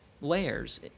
layers